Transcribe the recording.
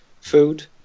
food